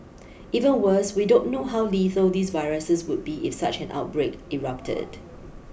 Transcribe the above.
even worse we don't know how lethal these viruses would be if such an outbreak erupted